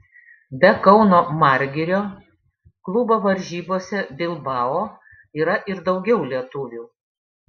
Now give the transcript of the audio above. be kauno margirio klubo varžybose bilbao yra ir daugiau lietuvių